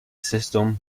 system